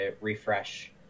refresh